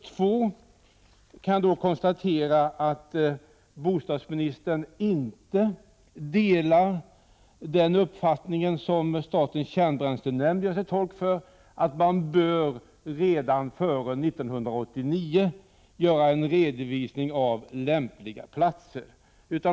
Jag kan dessutom konstatera att bostadsministern inte delar statens kärnbränslenämnds uppfattning, nämligen att man redan före 1989 bör göra en redovisning av lämpliga platser.